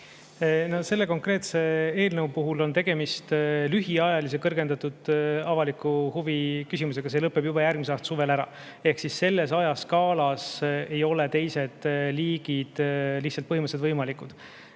Selle konkreetse eelnõu puhul on tegemist lühiajalise kõrgendatud avaliku huvi küsimusega. See lõpeb juba järgmise aasta suvel ära ja selles ajaskaalas ei ole teised liigid lihtsalt põhimõtteliselt võimalikud.